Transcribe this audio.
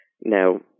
Now